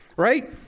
right